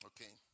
Okay